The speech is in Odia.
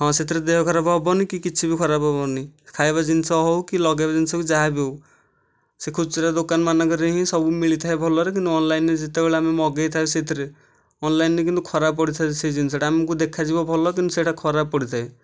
ହଁ ସେଥିରେ ଦେହ ଖରାପ ହେବନି କି କିଛି ବି ଖରାପ ହେବନି ଖାଇବା ଜିନିଷ ହେଉ କି ଲଗାଇବା ଜିନିଷ ହେଉ କି ଯାହା ବି ହେଉ ସେ ଖୁଚୁରା ଦୋକାନ ମାନଙ୍କରେ ହିଁ ସବୁ ମିଳିଥାଏ ଭଲରେ କିନ୍ତୁ ଅନଲାଇନରେ ଯେତେବେଳେ ଆମେ ମଗାଇଥାଉ ସେଇଥିରେ ଅନଲାଇନରେ କିନ୍ତୁ ଖରାପ ପଡ଼ିଥାଏ ସେ ଜିନିଷଟା ଆମକୁ ଦେଖାଯିବ ଭଲ କିନ୍ତୁ ସେ'ଟା ଖରାପ ପଡ଼ିଥାଏ